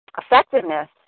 effectiveness